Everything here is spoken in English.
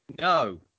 No